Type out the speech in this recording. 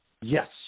Yes